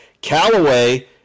Callaway